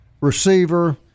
receiver